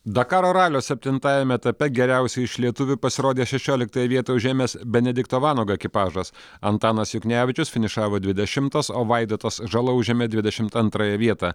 dakaro ralio septintajame etape geriausiai iš lietuvių pasirodė šešioliktąją vietą užėmęs benedikto vanago ekipažas antanas juknevičius finišavo dvidešimas o vaidotas žala užėmė dvidešim antrąją vietą